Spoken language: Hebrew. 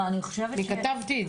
אני כתבתי את זה.